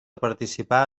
participar